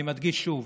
אני מדגיש שוב: